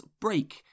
break